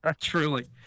Truly